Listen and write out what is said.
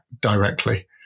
directly